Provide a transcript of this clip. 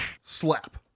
slap